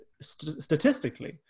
statistically